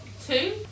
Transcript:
Two